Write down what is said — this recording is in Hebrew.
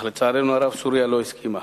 אך לצערנו הרב, סוריה לא הסכימה.